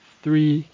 three